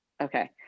Okay